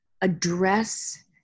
address